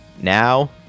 Now